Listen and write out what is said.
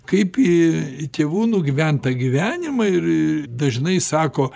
kaip į tėvų nugyventą gyvenimą ir dažnai sako